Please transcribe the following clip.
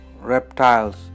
reptiles